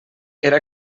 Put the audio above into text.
era